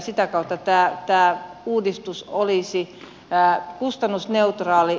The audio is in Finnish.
sitä kautta tämä uudistus olisi kustannusneutraali